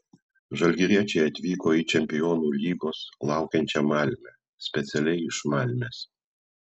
žalgiriečiai atvyko į čempionų lygos laukiančią malmę specialiai iš malmės